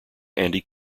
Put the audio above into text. andy